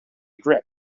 grip